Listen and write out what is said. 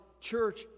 church